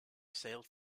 sailed